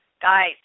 Guys